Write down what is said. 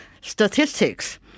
statistics